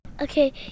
Okay